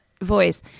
voice